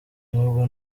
nubwo